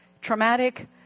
traumatic